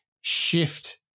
shift